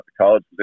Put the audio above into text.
college